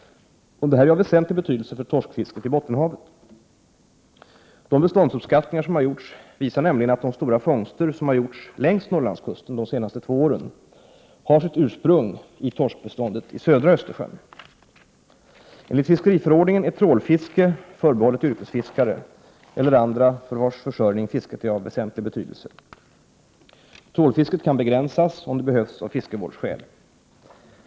Detta är av väsentlig betydelse för torskfisket i Bottenhavet. De beståndsuppskattningar som har gjorts visar nämligen att de stora fångster som har gjorts längs Norrlandskusten de senaste två åren har sitt ursprung i torskbeståndet i södra Östersjön. Enligt fiskeriförordningen är trålfiske förbehållet yrkesfiskare eller andra för vilkas försörjning fisket är av väsentlig betydelse. Trålfisket kan begränsas om det behövs av fiskevårdsskäl.